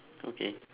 okay